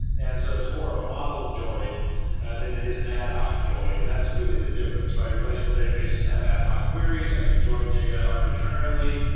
and so it's more of a modeled join than it is an ad hoc join, and that's really the difference, right? relational databases have ad hoc queries. i could join data arbitrarily.